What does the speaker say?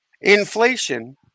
Inflation